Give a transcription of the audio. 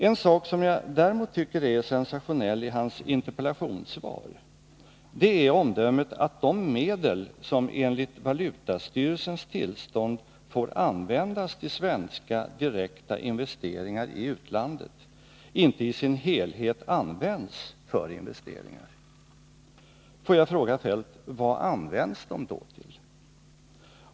En sak som jag däremot tycker är sensationell i hans interpellationssvar, det är omdömet att de medel som enligt valutastyrelsens tillstånd får användas till svenska direkta investeringar i utlandet inte i sin helhet används förinvesteringar. Får jag fråga herr Feldt: Vad används de då till?